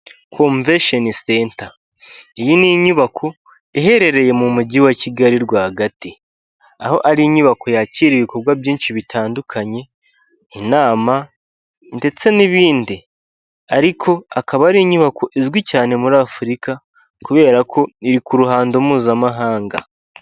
Komvesheni seta iyi ni inyubako iherereye mu mujyi wa kigali rwagati; aho ari inyubako yakira ibikorwa byinshi bitandukanye inama ndetse n'ibindi; ariko akaba ari inyubako izwi cyane muri afurika kubera ko iri ku ruhando mpuzamahanga.